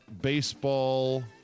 baseball